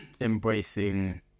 embracing